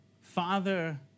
Father